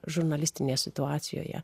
žurnalistinėje situacijoje